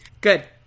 good